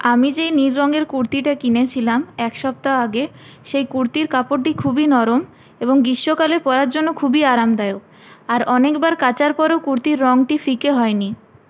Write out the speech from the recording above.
আমি যেই নীল রঙের কুর্তিটা কিনেছিলাম এক সপ্তাহ আগে সেই কুর্তির কাপড়টি খুবই নরম এবং গ্রীষ্মকালে পরার জন্য খুবই আরামদায়ক আর অনেকবার কাচার পরেও কুর্তির রঙটি ফিকে হয়নি